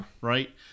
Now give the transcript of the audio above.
Right